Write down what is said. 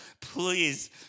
please